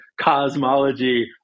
cosmology